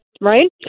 right